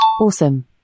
Awesome